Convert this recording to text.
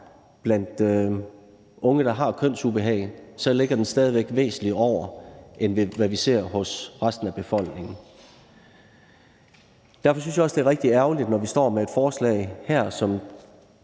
blandt unge, der har kønsubehag, så ligger den stadig væk væsentligt over, hvad vi ser hos resten af befolkningen. Derfor synes jeg også, det er rigtig ærgerligt, når vi står med et forslag her, som